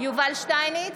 יובל שטייניץ,